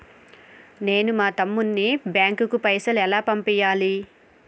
నేను మా తమ్ముని బ్యాంకుకు పైసలు ఎలా పంపియ్యాలి?